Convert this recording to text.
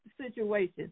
situation